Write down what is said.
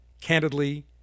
candidly